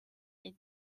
est